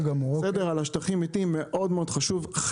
לגבי שטחים מתים זה מאוד חשוב.